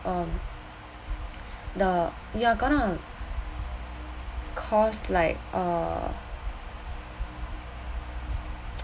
um the you're gonna cause like uh